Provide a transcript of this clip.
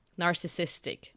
narcissistic